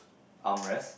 arm rest